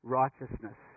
righteousness